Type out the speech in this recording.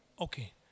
Okay